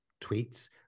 tweets